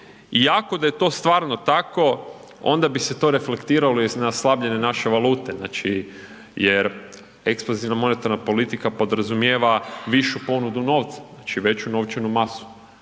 ako da je to stvarno tako onda bi se to reflektiralo i na slabljenje naše valute, znači jer ekspanzivna monetarna politika podrazumijeva višu ponudu novca, znači veću novčanu masu,